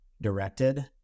directed